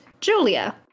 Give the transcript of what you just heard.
Julia